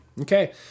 Okay